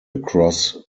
across